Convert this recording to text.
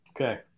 Okay